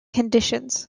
conditions